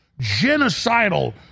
genocidal